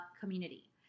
community